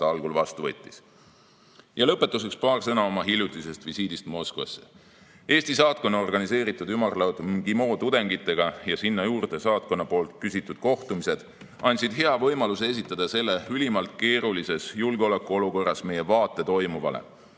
algul vastu võttis. Lõpetuseks paar sõna minu hiljutisest visiidist Moskvasse. Eesti saatkonna organiseeritud ümarlaud MGIMO tudengitega ja sinna juurde saatkonna korraldatud kohtumised andsid hea võimaluse esitada selles ülimalt keerulises julgeolekuolukorras meie vaate toimuvale.